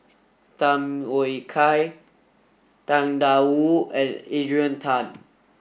Tham Yui Kai Tang Da Wu and Adrian Tan